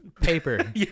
Paper